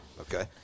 okay